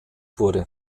wurde